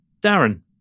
Darren